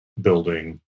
building